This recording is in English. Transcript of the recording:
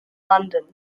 london